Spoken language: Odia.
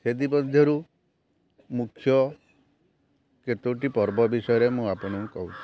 ସେଥି ମଧ୍ୟରୁ ମୁଖ୍ୟ କେତୋଟି ପର୍ବ ବିଷୟରେ ମୁଁ ଆପଣଙ୍କୁ କହୁଛି